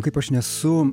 kaip aš nesu